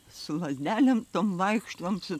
su lazdelėm tom vaikštome su